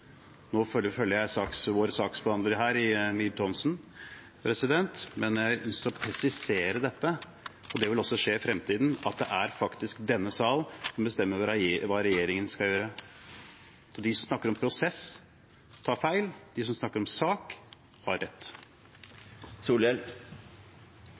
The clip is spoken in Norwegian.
Nå følger jeg vår saksbehandler her, Ib Thomsen, men jeg har lyst til å presisere – og det vil også skje i fremtiden – at det faktisk er denne sal som bestemmer hva regjeringen skal gjøre. De som snakker om prosess, tar feil. De som snakker om sak, har rett.